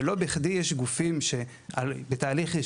לא בכדי שיש גופים שנמצאים בתהליך של